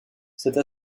cette